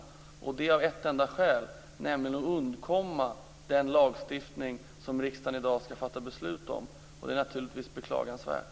Detta har skett av ett enda skäl: Man ville undkomma den lagstiftning som riksdagen i dag skall fatta beslut om. Det är naturligtvis beklagansvärt.